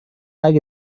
اگه